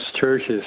churches